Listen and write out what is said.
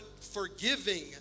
forgiving